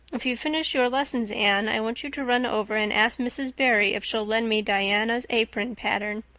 if you've finished your lessons, anne, i want you to run over and ask mrs. barry if she'll lend me diana's apron pattern.